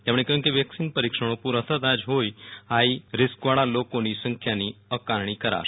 તેમણે કહયું કે વેકસીન પરીક્ષણો પુરા થતાં જ હાઇ રીસ્કવાળા લોકોની સંખ્યાની આકારણી કરાશે